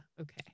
Okay